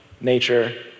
nature